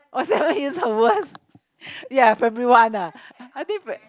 is the worst ya primary one ah I think pr~